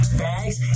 bags